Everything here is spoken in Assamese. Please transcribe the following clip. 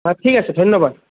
ঠিক আছে ধন্যবাদ